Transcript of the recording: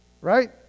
right